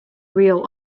real